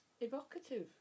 evocative